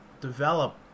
develop